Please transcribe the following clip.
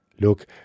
Look